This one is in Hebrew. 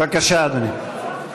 בבקשה, אדוני.